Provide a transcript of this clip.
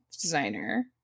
designer